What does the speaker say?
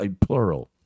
Plural